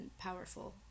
powerful